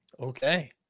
Okay